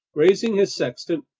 raising his sextant,